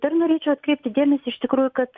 dar norėčiau atkreipti dėmesį iš tikrųjų kad